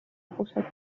großer